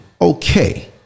okay